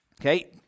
Okay